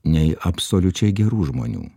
nei absoliučiai gerų žmonių